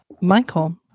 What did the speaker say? Michael